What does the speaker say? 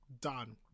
done